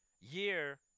Year